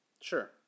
Sure